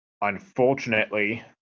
Unfortunately